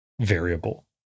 Variable